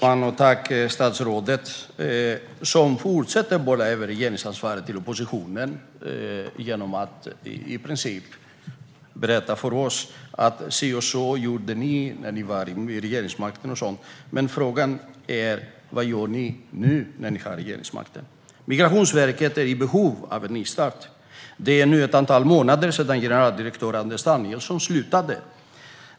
Herr talman! Statsrådet fortsätter att bolla över regeringsansvaret till oppositionen. Han säger till oss: Si och så gjorde ni när ni hade regeringsmakten. Men frågan är: Vad gör ni nu när ni har regeringsmakten? Migrationsverket är i behov av en nystart. Det är nu ett antal månader sedan generaldirektör Anders Danielsson slutade.